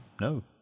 No